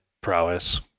prowess